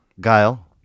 guile